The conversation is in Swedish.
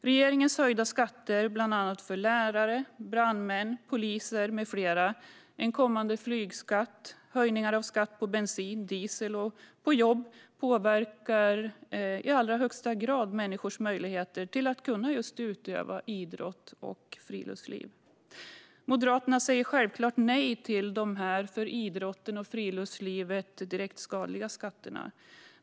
Regeringens höjda skatter för bland annat lärare, brandmän, poliser med flera liksom en kommande flygskatt och höjningar av skatt på bensin, diesel och jobb påverkar i allra högsta grad människors möjligheter att utöva idrott och friluftsliv. Moderaterna säger självklart nej till dessa för idrotten och friluftslivet direkt skadliga skatter.